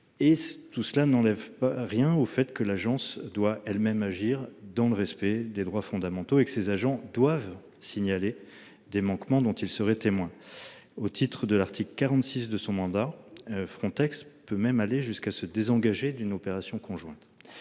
tout cela n'enlève rien au fait que l'agence doit elle-même agir dans le respect des droits fondamentaux et que ces agents doivent signaler des manquements dont ils seraient témoins au titre de l'article 46 de son mandat. Frontex peut même aller jusqu'à se désengager d'une opération conjointe.